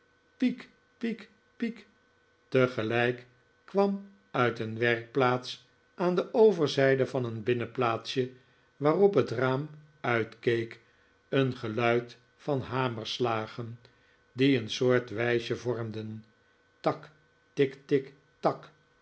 piek piek piek tegelijk kwam uit een werkplaats aan de overzijde van een binnenplaatsje waarop het raam uitkeek een geluid van hamerslagen die een soort wijsje vormden tak tik tik tak tik tik tak